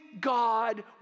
God